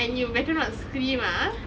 and you better not scream ah